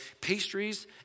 pastries